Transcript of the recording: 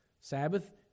Sabbath